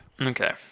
Okay